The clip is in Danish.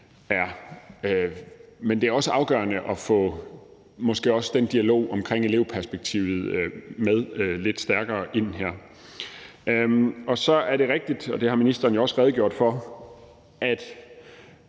men det er også afgørende måske at få den dialog omkring elevperspektivet lidt stærkere med ind her. Så er det rigtigt, og det har ministeren jo også redegjort for, at